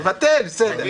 לבטל, בסדר.